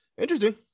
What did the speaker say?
interesting